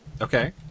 Okay